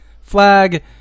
Flag